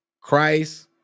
Christ